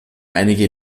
einige